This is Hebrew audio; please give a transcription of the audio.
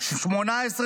וכן הלאה.